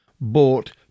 bought